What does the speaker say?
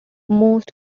most